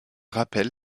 rappelle